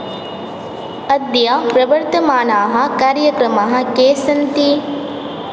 अद्य प्रवर्तमानाः कार्यक्रमाः के सन्ति